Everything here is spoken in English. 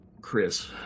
Chris